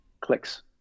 clicks